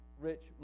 rich